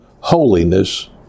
holiness